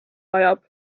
ajab